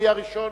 מי הראשון?